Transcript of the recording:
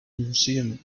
museum